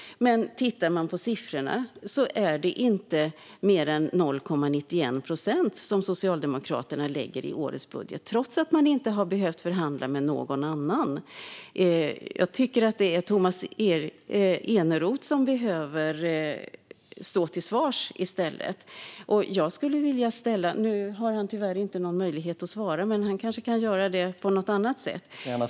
Men tittar man på siffrorna ser man att det inte är mer än 0,91 procent som Socialdemokraterna lägger på bistånd i årets budget, trots att man inte har behövt förhandla med någon annan. Jag tycker att det är Tomas Eneroth som ska stå till svars i stället. Nu har han tyvärr ingen möjlighet att svara, men han kanske skulle kunna göra det på något annat sätt.